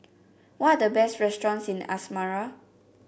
what are the best restaurants in Asmara